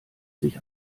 sich